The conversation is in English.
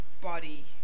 body